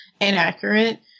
inaccurate